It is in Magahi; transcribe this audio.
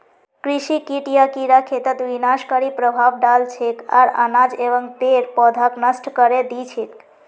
कृषि कीट या कीड़ा खेतत विनाशकारी प्रभाव डाल छेक आर अनाज एवं पेड़ पौधाक नष्ट करे दी छेक